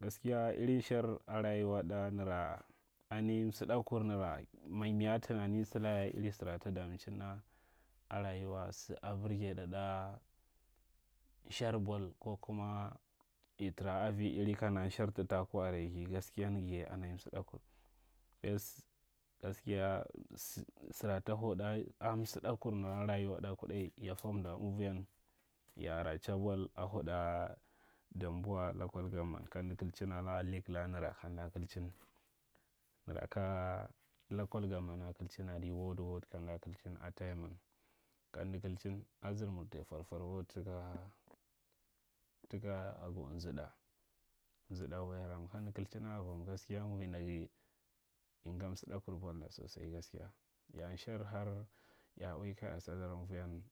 Gaskiya irɗ nsher a rayuwa ainihi wɗdakur ntra ma miya tunamin salaka irin sava ta damincintɗa a mynak sara birgeɗa ɗa shar bawl ko kuma a tara avi nshar taku are gakiya rega ye a nai msiɗa akwa rayuwa nara kuɗa ya fwamda emuyyan ya a r ache bau a huɗa damboa local govt. Kanda kanda kaicin ala lik laka, nara kamda kucin, nara ka local govt. a kikin ada ward ward kamda kikin a tayiman. Kalo kdicin razari multe forfor wed toka ago nzida wuyaram kamdu kollcina vwam. Gaskiya amuwi nda gu in gadi msoda kur ball nda sosal gaskiya ya nshar har ya uwi anuwi ya a nshar har yaa uwi ka ya sadar enowiyan